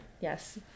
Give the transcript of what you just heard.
Yes